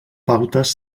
pautes